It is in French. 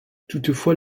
toutefois